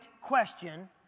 question